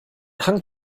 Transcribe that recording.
hang